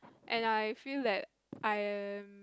and I feel that I am